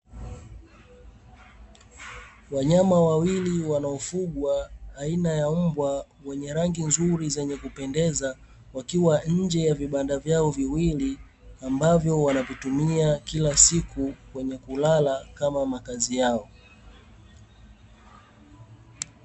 Wanyama wawili wanaofugwa aina ya mbwa mwenye rangi nzuri zenye kupendeza wakiwa nje ya vibanda vyao viwili, ambavyo wanavitumia kila siku kwenye kulala kama makazi yao.